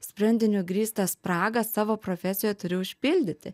sprendiniu grįstą spragą savo profesijoj turi užpildyti